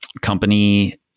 company